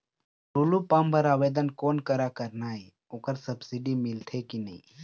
Tullu pump बर आवेदन कोन करा करना ये ओकर सब्सिडी मिलथे की नई?